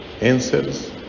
answers